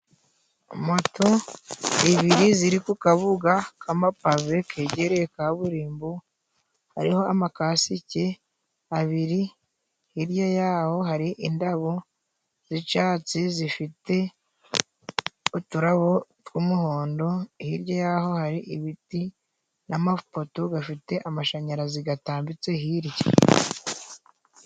Moto ibiri ziri ku kabuga kamapave kegereye kaburimbo hariho amakasiki abiri hirya yaho hari indabo z'icatsi zifite uturabo tw'umuhondo hirya y'aho hari ibiti na mapoto gafite amashanyarazi gatambitse hirya.